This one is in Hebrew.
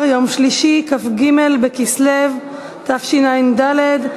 אין מתנגדים.